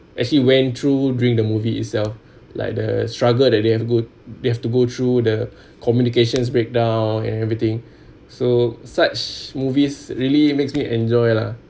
actually went through during the movie itself like the struggle that they have go they have to go through the communications breakdown and everything so such movies really makes me enjoy lah